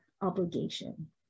obligation